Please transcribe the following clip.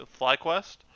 FlyQuest